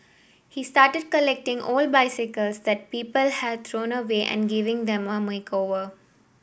he started collecting old bicycles that people had thrown away and giving them a makeover